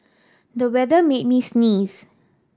the weather made me sneeze